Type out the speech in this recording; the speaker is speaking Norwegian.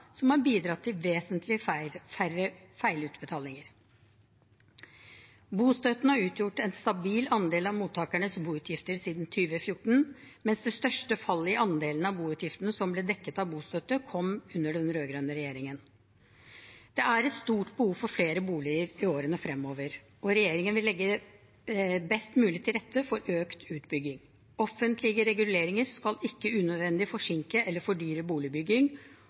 som har bidratt til vesentlig færre feilutbetalinger. Bostøtten har utgjort en stabil andel av mottakernes boutgifter siden 2014, mens det største fallet i andelen av boutgiftene som ble dekket av bostøtte, kom under den rød-grønne regjeringen. Det er et stort behov for flere boliger i årene fremover, og regjeringen vil legge best mulig til rette for økt utbygging. Offentlige reguleringer skal ikke unødvendig forsinke eller fordyre boligbygging,